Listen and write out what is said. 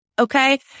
Okay